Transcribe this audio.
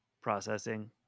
Processing